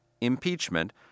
impeachment